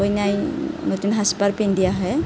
কইনাই নতুন সাজ পাৰ পিন্ধি আহে